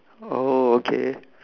oh okay